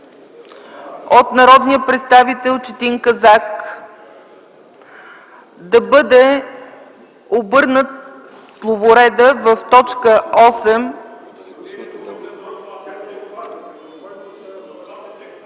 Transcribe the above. от народния представител Четин Казак - да бъде обърнат словоредът в т. 8.